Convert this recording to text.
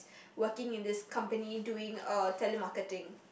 working in this company doing uh telemarketing